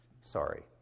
Sorry